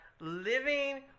living